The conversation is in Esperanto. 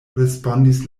respondis